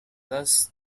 thus